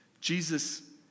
Jesus